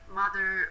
mother